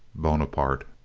bonaparte.